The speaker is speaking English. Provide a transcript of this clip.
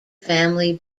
family